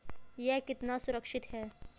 यह कितना सुरक्षित है?